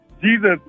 Jesus